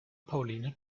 pauline